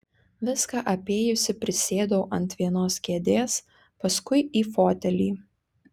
viską apėjusi prisėdau ant vienos kėdės paskui į fotelį